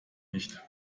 nicht